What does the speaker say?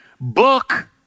book